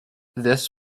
this